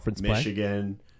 Michigan